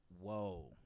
Whoa